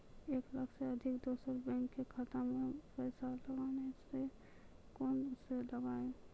एक लाख से अधिक दोसर बैंक के खाता मे पैसा लगाना छै कोना के लगाए?